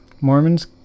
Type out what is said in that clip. Mormons